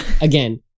Again